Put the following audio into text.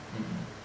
mmhmm